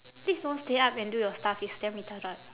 please don't stay up and do your stuff it's damn retarded